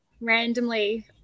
randomly